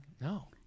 no